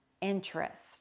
interest